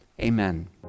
amen